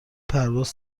پرواز